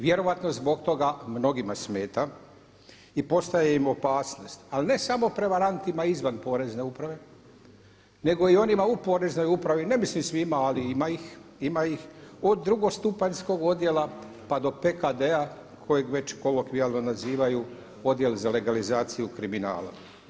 Vjerojatno zbog toga mnogima smeta i postaje im opasnost, ali ne samo prevarantima izvan Porezne uprave, nego i onima u Poreznoj upravi – ne mislim svima ali ima ih – od drugostupanjskog odjela, pa do PKD-a kojeg već kolokvijalno nazivaju odjel za legalizaciju kriminala.